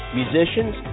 musicians